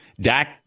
Dak